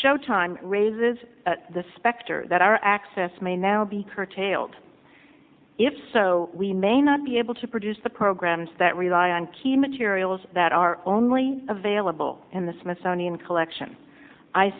showtime raises the specter that our access may now be curtailed if so we may not be able to produce the programs that rely on key materials that are only available in the smithsonian collection i